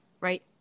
right